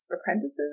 apprentices